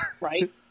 right